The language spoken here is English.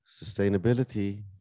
sustainability